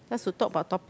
just to talk about topic